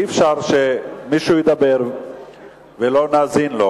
אי-אפשר שמישהו ידבר ולא נאזין לו,